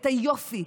את היופי,